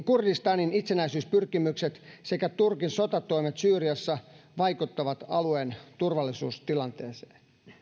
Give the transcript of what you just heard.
kurdistanin itsenäisyyspyrkimykset sekä turkin sotatoimet syyriassa vaikuttavat alueen turvallisuustilanteeseen